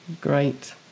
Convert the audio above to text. Great